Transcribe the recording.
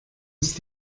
ist